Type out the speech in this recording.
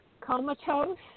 comatose